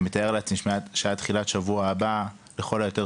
ואני מתאר לעצמי שעד תחילת השבוע הבא ולכל היותר